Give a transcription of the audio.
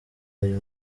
ayo